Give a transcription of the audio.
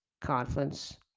Conference